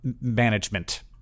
management